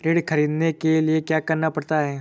ऋण ख़रीदने के लिए क्या करना पड़ता है?